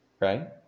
Right